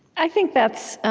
i think that's